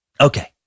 Okay